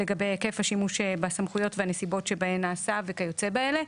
לגבי היקף השימוש בסמכויות והנסיבות שבהן נעשה וכיוצא באלה.